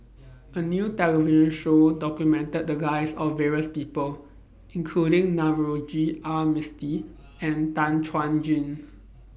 A New television Show documented The Lives of various People including Navroji R Mistri and Tan Chuan Jin